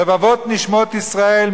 רבבות נשמות ישראל,